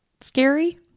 scary